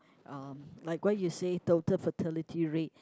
um like why you said total fertility rate